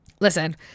listen